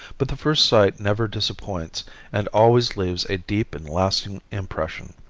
but the first sight never disappoints and always leaves a deep and lasting impression.